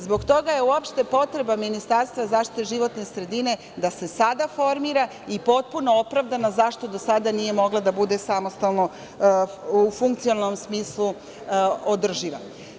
Zbog toga je, uopšte, potreba ministarstva za zaštitu životne sredine da se sada formira i potpuno opravdano zašto do sada nije mogla da bude samostalno u funkcionalnom smislu održiva.